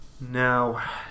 Now